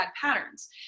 patterns